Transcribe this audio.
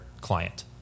client